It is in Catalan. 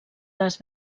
les